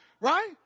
right